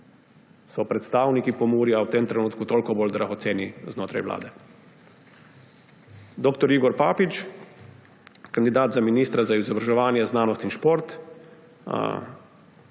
so predstavniki Pomurja v tem trenutku toliko bolj dragoceni znotraj vlade. Dr. Igor Papič, kandidat za ministra za izobraževanje, znanost in šport.